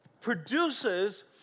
produces